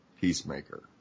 Peacemaker